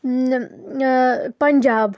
Punjab